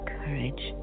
courage